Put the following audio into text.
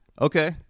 Okay